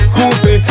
Coupe